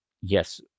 Yes